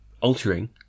altering